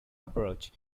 approach